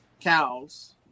cows